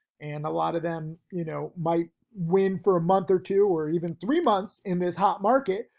and a lot of them, you know, might win for a month or two or even three months in this hot market,